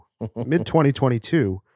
Mid-2022